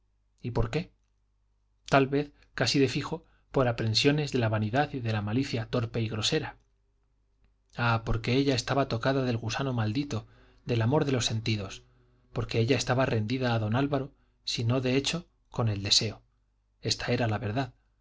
y por qué tal vez casi de fijo por aprensiones de la vanidad y de la malicia torpe y grosera ah porque ella estaba tocada del gusano maldito del amor de los sentidos porque ella estaba rendida a don álvaro si no de hecho con el deseo esta era la